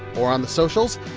or on the socials,